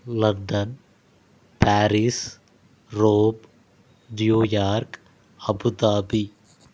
London Paris Rome New York Abu Dhabi